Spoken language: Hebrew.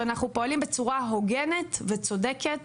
שאנחנו פועלים בצורה הוגנת וצודקת,